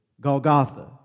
Golgotha